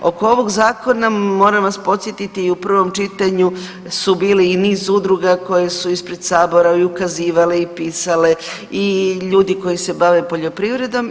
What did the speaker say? Oko ovoga Zakona moram vas podsjetiti i u prvom čitanju su bili i niz udruga koje su ispred Sabora i ukazivale, i pisale i ljudi koji se bave poljoprivredom.